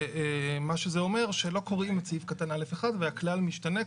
מה שאומר זה שלא קוראים את סעיף קטן א(1) והכלל משתנה,